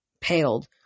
paled